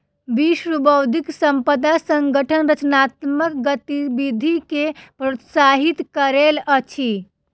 विश्व बौद्धिक संपदा संगठन रचनात्मक गतिविधि के प्रोत्साहित करैत अछि